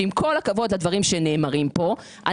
שעם כל הכבוד לדברים שנאמרים פה,